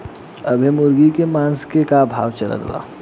अभी मुर्गा के मांस के का भाव चलत बा?